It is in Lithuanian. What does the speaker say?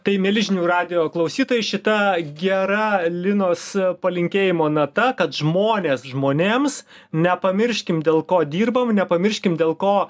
tai mieli žinių radijo klausytojai šita gera linos palinkėjimo nata kad žmonės žmonėms nepamirškim dėl ko dirbam nepamirškim dėl ko